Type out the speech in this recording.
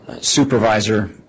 supervisor